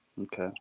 Okay